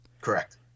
Correct